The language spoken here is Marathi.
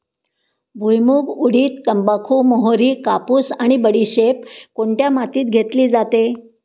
भुईमूग, उडीद, तंबाखू, मोहरी, कापूस आणि बडीशेप कोणत्या मातीत घेतली जाते?